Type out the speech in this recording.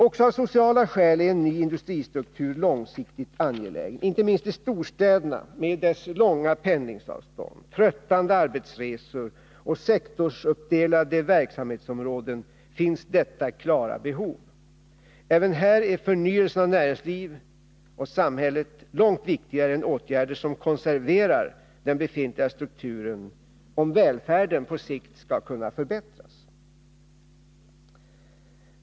Också av sociala skäl är en ny industristruktur långsiktigt angelägen. Inte minst i storstäderna med dess långa pendlingsavstånd, tröttande arbetsresor och sektorsuppdelade verksamhetsområden finns detta klara behov. Även här är förnyelse av näringsliv och samhälle långt viktigare än åtgärder som konserverar den befintliga strukturen, om välfärden på sikt skall kunna förbättras.